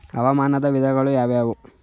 ಹವಾಮಾನದ ವಿಧಗಳು ಯಾವುವು?